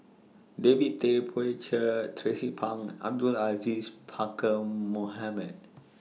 David Tay Poey Cher Tracie Pang Abdul Aziz Pakkeer Mohamed